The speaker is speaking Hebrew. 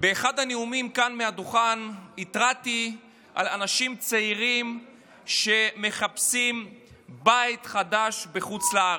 הנאומים כאן מהדוכן התרעתי על אנשים צעירים שמחפשים בית חדש בחוץ לארץ.